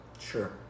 Sure